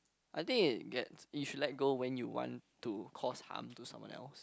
I think it gets you should let go when you want to cause harm to someone else